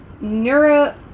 Neuro